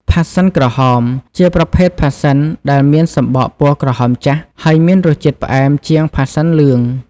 ផាសសិនក្រហម ជាប្រភេទផាសសិនដែលមានសំបកពណ៌ក្រហមចាស់ ហើយមានរសជាតិផ្អែមជាងផាសសិនលឿង។